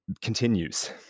continues